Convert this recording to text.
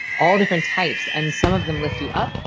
all different types, and some of them lift you up,